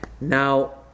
Now